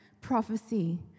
prophecy